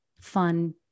fun